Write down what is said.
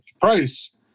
price